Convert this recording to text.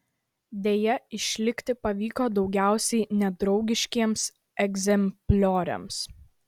deja išlikti pavyko daugiausiai nedraugiškiems egzemplioriams